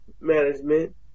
Management